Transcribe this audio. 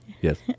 yes